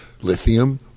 lithium